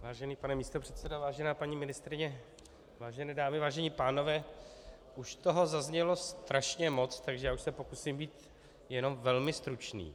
Vážený pane místopředsedo, vážená paní ministryně, vážené dámy, vážení pánové, už toho zaznělo strašně moc, takže já už se pokusím být jenom velmi stručný.